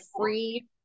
free